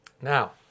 Now